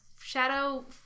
Shadow